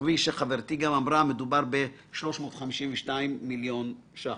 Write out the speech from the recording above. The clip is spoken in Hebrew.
כפי שחברתי גם אמרה, מדובר ב-352 מיליון ₪.